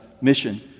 mission